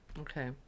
Okay